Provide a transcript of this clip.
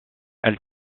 elle